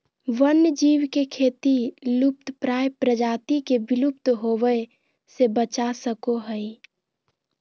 वन्य जीव के खेती लुप्तप्राय प्रजाति के विलुप्त होवय से बचा सको हइ